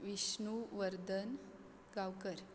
Vishnu Vardhan Gaonkar